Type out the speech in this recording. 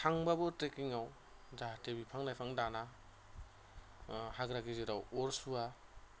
थांबाबो ट्रेकिंआव जाहाथे बिफां लाइफां दाना हाग्रा गेजेराव अर सुवा